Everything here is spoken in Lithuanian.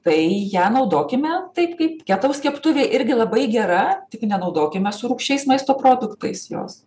tai ją naudokime taip kaip ketaus keptuvė irgi labai gera tik nenaudokime su rūgščiais maisto produktais jos